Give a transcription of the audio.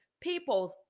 people's